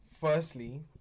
firstly